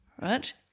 Right